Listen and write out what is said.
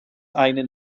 eine